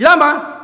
למה?